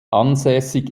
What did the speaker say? ansässig